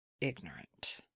ignorant